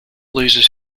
loses